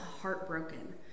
heartbroken